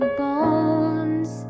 bones